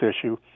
issue